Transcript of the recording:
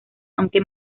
aunque